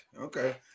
Okay